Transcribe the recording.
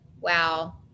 Wow